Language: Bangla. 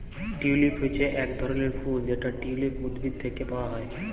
টিউলিপ হচ্যে এক ধরলের ফুল যেটা টিউলিপ উদ্ভিদ থেক্যে পাওয়া হ্যয়